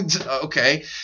Okay